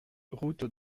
route